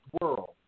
world